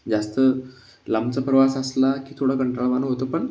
जास्त लांबचा प्रवास असला की थोडं कंटाळवाणं होतं पण